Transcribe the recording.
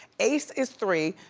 ace is three,